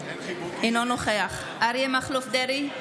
אינו נוכח אריה מכלוף דרעי,